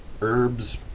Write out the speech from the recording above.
herbs